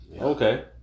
Okay